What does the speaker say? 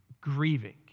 grieving